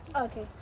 Okay